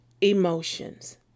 emotions